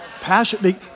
Passion